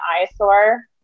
eyesore